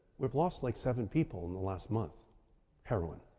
we've lost like seven people in the last month heroin.